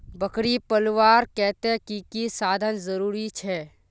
बकरी पलवार केते की की साधन जरूरी छे?